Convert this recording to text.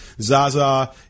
Zaza